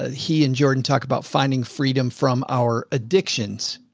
ah he and jordan talk about finding freedom from our addictions.